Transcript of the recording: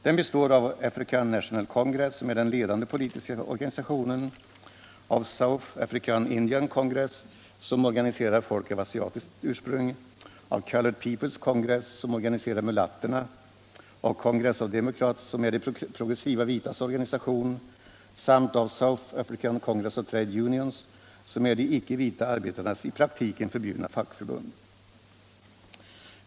Den består av African National Congress, som är den ledande politiska organisationen, av South African Iridian Congress, som organiserar folk av asiatiskt ursprung, av Coloured Peoples Congress, Internationellt utvecklingssamar som organiserar mulatterna, av Congress of Democrats, som är de progressiva vitas organisation, samt av South African Congress of Trade Unions, som är de icke vita arbetarnas i praktiken förbjudna fackförbund.